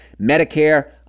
Medicare